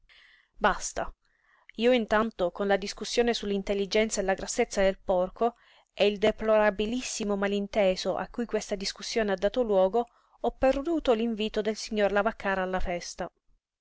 basta io intanto con la discussione su l'intelligenza e la grassezza del porco e il deplorabilissimo malinteso a cui questa discussione ha dato luogo ho perduto l'invito del signor lavaccara alla festa